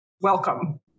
welcome